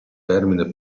termine